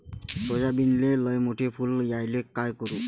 सोयाबीनले लयमोठे फुल यायले काय करू?